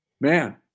Man